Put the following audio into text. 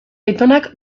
aitonak